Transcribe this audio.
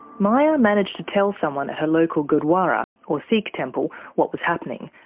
maya managed to tell someone at her local gurdwara, or sikh temple, what was happening,